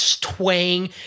twang